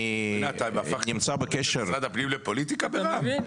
אתם הפכתם את משרד הפנים לפוליטיקה ברע"מ?